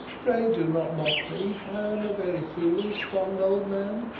pray, do not mock me i am a very foolish fond old man,